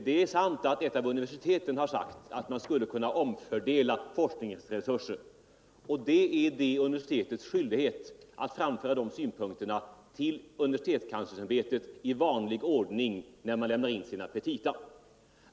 Det är sant att ett av universiteten sagt att man skulle kunna omfördela forskningsresurser. Ett universitet är skyldigt att framföra de synpunkterna till universitetskanslersämbetet i vanlig ordning när det lämnar in sina petita.